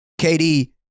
KD